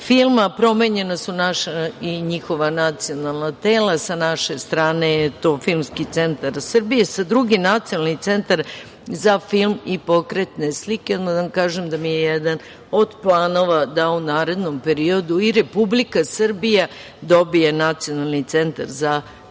filma, a promenjena su naša i njihova nacionalna tela. Sa naše strane je to Filmski centar Srbije, sad drugi, Nacionalni centar za film i pokretne slike. Odmah da vam kažem da mi je jedan od planova da u narednom periodu i Republika Srbija dobije Nacionalni centar za film